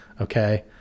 Okay